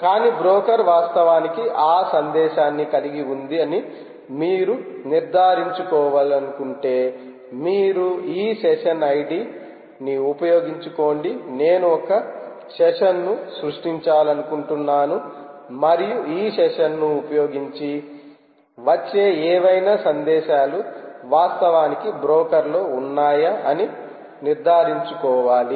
కానీ బ్రోకర్ వాస్తవానికి ఆ సందేశాన్ని కలిగి ఉంది అని మీరు నిర్ధారించుకోవాలనుకుంటే మీరు ఈ సెషన్ ఐడిని ఉపయోగించుకోండి నేను ఒక సెషన్ను సృష్టించాలనుకుంటున్నాను మరియు ఈ సెషన్ను ఉపయోగించి వచ్చే ఏవైనా సందేశాలు వాస్తవానికి బ్రోకర్ లో ఉన్నాయా అని నిర్ధారించుకోవాలి